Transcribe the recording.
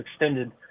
extended